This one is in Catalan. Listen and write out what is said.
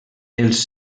els